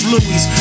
Louis